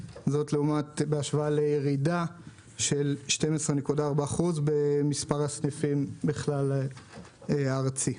בהשוואה לירידה של 12.4% במספר הסניפים בכלל הארץ.